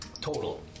Total